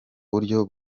buryo